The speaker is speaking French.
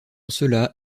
cela